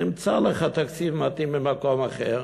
נמצא לך תקציב מתאים במקום אחר,